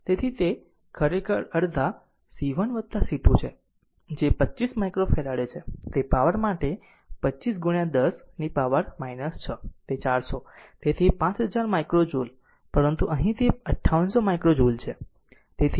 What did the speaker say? તેથી અને તે ખરેખર અડધા c 1 c 2 છે જે 25 માઇક્રોફેરાડે છે તે પાવર માટે 25 10 છે 6 400 તેથી 5000 માઇક્રો જુલ પરંતુ અહીં તે 5800 માઇક્રો જુલ છે